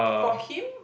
for him